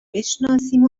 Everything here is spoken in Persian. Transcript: بشناسیم